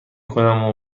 کنم